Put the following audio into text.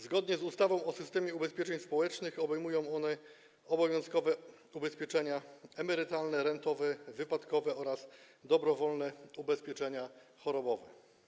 Zgodnie z ustawą o systemie ubezpieczeń społecznych ubezpieczenia te obejmują one obowiązkowe ubezpieczenia emerytalne, rentowe, wypadkowe oraz dobrowolne ubezpieczenia chorobowe.